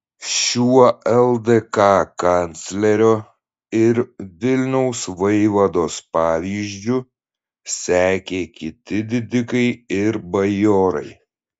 šiuo ldk kanclerio ir vilniaus vaivados pavyzdžiu sekė kiti didikai ir bajorai